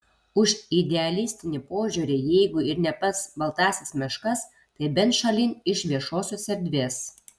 už idealistinį požiūrį jeigu ir ne pas baltąsias meškas tai bent šalin iš viešosios erdvės